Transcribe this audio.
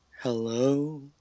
Hello